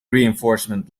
reinforcement